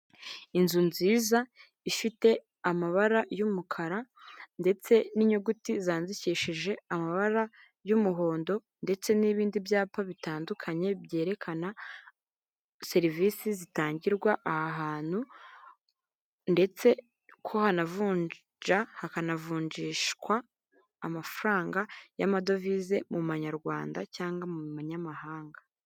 Inzu nziza ifite amabara y'umukara ndetse n'inyuguti zandikishije amabara y'umuhondo ndetse n'ibindi byapa bitandukanye byerekana serivisi zitangirwa aha hantu ndetse ko hanavunja hakanavunjishwa amafaranga y'amadovize mu manyarwanda cyangwa mu manyamahanga.